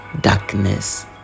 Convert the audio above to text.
darkness